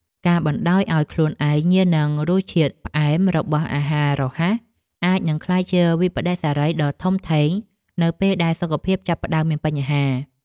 ការបណ្តោយឲ្យខ្លួនឯងញៀននឹងរសជាតិផ្អែមរបស់អាហាររហ័សអាចនឹងក្លាយជាវិប្បដិសារីដ៏ធំធេងនៅពេលដែលសុខភាពចាប់ផ្តើមមានបញ្ហា។